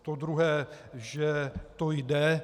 To druhé že to jde.